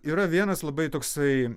yra vienas labai toksai